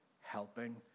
helping